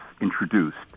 introduced